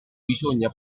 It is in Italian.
bisogna